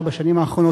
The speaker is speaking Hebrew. ארבע השנים האחרונות.